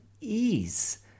ease